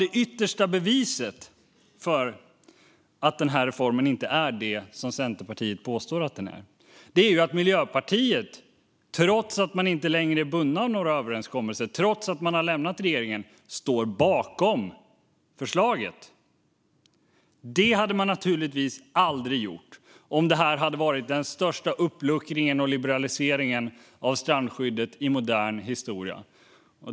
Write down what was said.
Det yttersta beviset för att den här reformen inte är det som Centerpartiet påstår att den är, är att Miljöpartiet står bakom förslaget trots att man inte längre är bunden av några överenskommelser och har lämnat regeringen. Det hade man naturligtvis aldrig gjort om det hade varit den största uppluckringen och liberaliseringen av strandskyddet i modern historia.